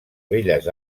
belles